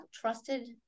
trusted